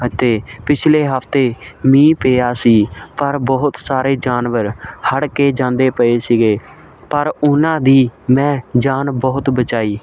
ਅਤੇ ਪਿਛਲੇ ਹਫ਼ਤੇ ਮੀਂਹ ਪਿਆ ਸੀ ਪਰ ਬਹੁਤ ਸਾਰੇ ਜਾਨਵਰ ਹੜ੍ਹ ਕੇ ਜਾਂਦੇ ਪਏ ਸੀਗੇ ਪਰ ਉਹਨਾਂ ਦੀ ਮੈਂ ਜਾਨ ਬਹੁਤ ਬਚਾਈ